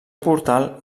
portal